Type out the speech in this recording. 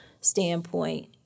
standpoint